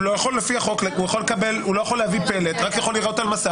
הוא לא יכול להביא פלט, הוא רק יכול לראות על מסך.